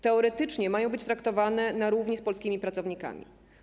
Teoretycznie mają być traktowane na równi z polskimi pracownikami.